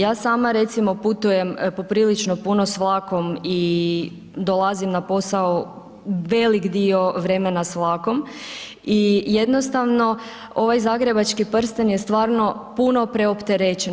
Ja sama recimo putujem poprilično puno s vlakom i dolazim na posao velik dio vremena s vlakom i jednostavno ovaj zagrebački prsten je stvarno puno preopterećen.